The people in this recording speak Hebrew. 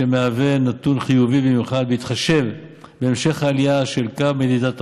שמהווה נתון חיובי במיוחד בהתחשב בהמשך העלייה של קו מדידת העוני.